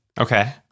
Okay